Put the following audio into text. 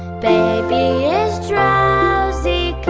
baby is drowsy,